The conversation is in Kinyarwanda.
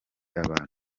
abantu